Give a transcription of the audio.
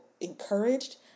encouraged